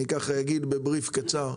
אני אגיד בקצרה,